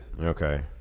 Okay